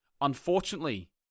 unfortunately